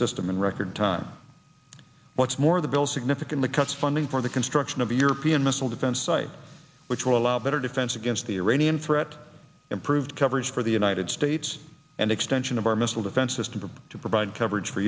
system in record time much more the bill significantly cuts funding for the construction of the european missile defense site which will allow better defense against the iranian threat improve coverage for the united states and extension of our missile defense system to provide coverage for